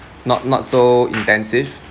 not not so intensive